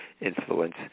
influence